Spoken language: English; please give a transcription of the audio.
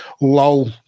lol